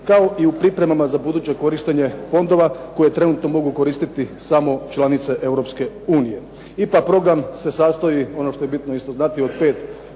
kao i u pripremama za buduće korištenje fondova koje trenutno mogu koristiti samo članice Europske unije. IPA Program se sastoji ono što je bitno znati od pet